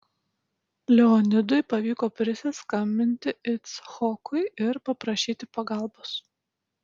leonidui pavyko prisiskambinti icchokui ir paprašyti pagalbos